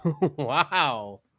Wow